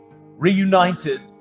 reunited